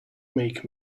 make